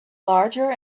larger